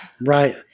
Right